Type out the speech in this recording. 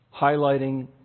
highlighting